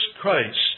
Christ